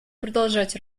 продолжать